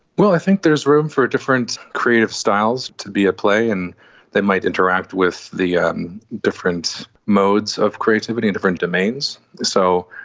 well, i think there's room for different creative styles to be at play, and they might interact with the um different modes of creativity and different domains. so,